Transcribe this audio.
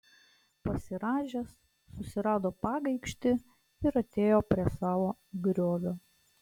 pasirąžęs susirado pagaikštį ir atėjo prie savo griovio